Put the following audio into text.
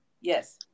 Yes